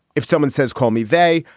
if someone says call me vay,